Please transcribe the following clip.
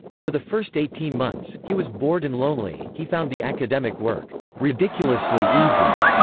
for the first eighteen months, he was bored and lonely he found the academic work ridiculously easy.